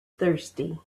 thirsty